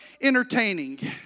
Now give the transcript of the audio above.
entertaining